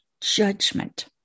judgment